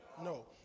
No